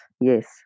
yes